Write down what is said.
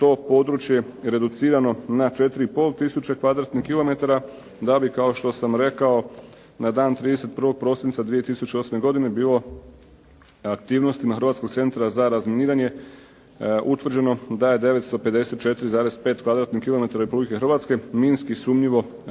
to područje reducirano na 4 i pol tisuće kvadratnih kilometara, da bi kao što sam rekao na dan 31. prosinca 2008. godine bilo aktivnostima Hrvatskog centra za razminiranje utvrđeno da je 954,5 kvadratnih kilometara Republike Hrvatske minski sumnjivo područje.